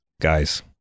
guys